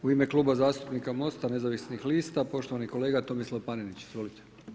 U ime Kluba zastupnika MOST-a nezavisnih lista, poštovani kolega Tomislav Panenić, izvolite.